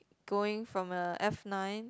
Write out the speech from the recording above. going from a F-nine